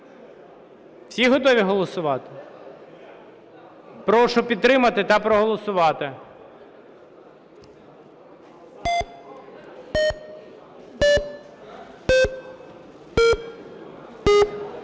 Всі готові голосувати? Прошу підтримати та проголосувати.